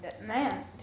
Man